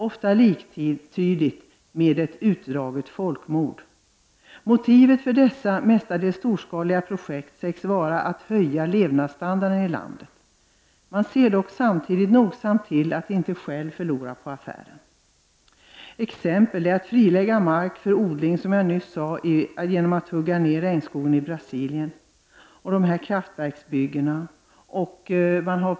Ofta är det liktydigt med ett utdraget folkmord. Motivet för dessa mestadels storskaliga projekt sägs vara att höja levnadsstandarden i landet. Man ser dock samtidigt nogsamt till att inte själv förlora på affären. Man frilägger, som jag nyss sade, mark för odling genom att hugga ned regnskogen i Brasilien. Ett annat exempel är de kraftverksbyggen som nämnts.